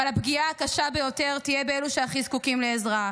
אבל הפגיעה הקשה ביותר תהיה באלו שהכי זקוקים לעזרה,